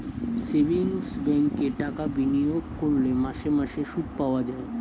savings ব্যাঙ্কে টাকা বিনিয়োগ করলে মাসে মাসে সুদ পাওয়া যায়